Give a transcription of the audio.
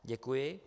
Děkuji.